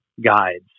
guides